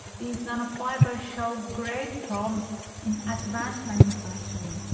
these nanofibers show great promise in advanced manufacturing.